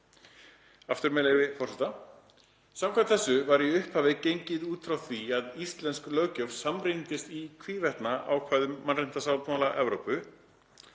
Aftur, með leyfi forseta: „Samkvæmt þessu var í upphafi gengið út frá því að íslensk löggjöf samrýmdist í hvívetna ákvæðum mannréttindasáttmála Evrópu